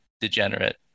degenerate